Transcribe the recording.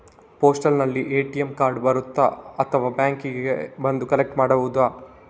ಪೋಸ್ಟಿನಲ್ಲಿ ATM card ಬರುತ್ತಾ ಅಥವಾ ಬ್ಯಾಂಕಿಗೆ ಬಂದು ಕಲೆಕ್ಟ್ ಮಾಡುವುದು?